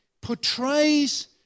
portrays